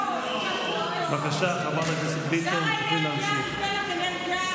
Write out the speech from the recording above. בבקשה, חברת הכנסת ביטון, תוכלי להמשיך.